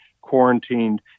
quarantined